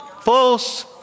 false